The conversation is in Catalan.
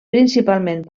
principalment